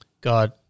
God